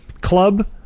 club